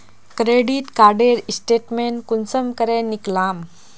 Credit कार्डेर statement कुंसम करे निकलाम?